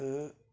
تہٕ